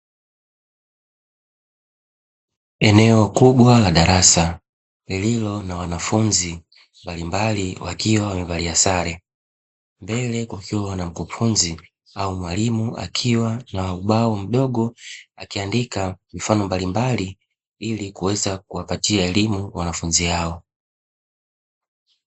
Eneo kubwa la darasa, lililo na wanafunzi mbalimbali wakiwa wamevalia sare. Mbele kukiwa na mkufunzi au mwalimu akiwa na ubao mdogo, akiandika mifano mbalimbali ili kuweza kuwapatia elimu wanafunzi hao.